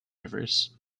rivers